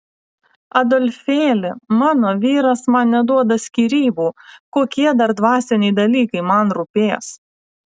adolfėli mano vyras man neduoda skyrybų kokie dar dvasiniai dalykai man rūpės